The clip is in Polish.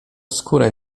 skórę